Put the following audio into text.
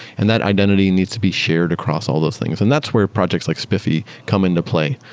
and that identity needs to be shared across all those things. and that's where projects like spiffy come into play.